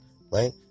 right